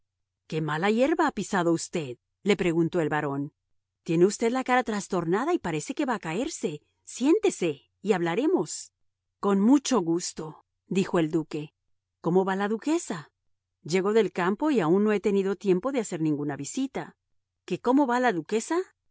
qué mala hierba ha pisado usted le preguntó el barón tiene usted la cara trastornada y parece que va a caerse siéntese y hablaremos con mucho gusto dijo el duque cómo va la duquesa llego del campo y aun no he tenido tiempo de hacer ninguna visita que cómo va la duquesa